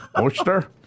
Oyster